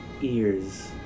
ears